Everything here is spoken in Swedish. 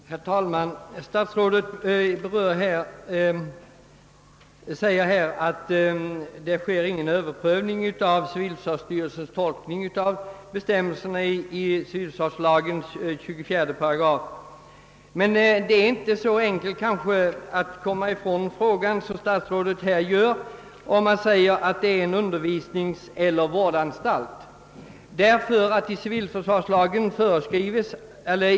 Herr talman! Statsrådet säger här att det inte sker någon överprövning av civilförsvarsstyrelsens tolkning av bestämmelserna i civilförsvarslagens 24 8. Men det är kanske inte så enkelt att komma ifrån frågan som statsrådet här gör genom att säga att barnstuga enligt civilförsvarsstyrelsens uppfattning är undervisningseller vårdanstalt.